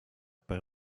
per